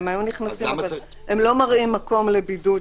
הם לא מראים מקום לבידוד,